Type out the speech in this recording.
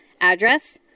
Address